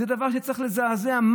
זה דבר שצריך לזעזע.